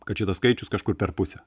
kad šitas skaičius kažkur per pusę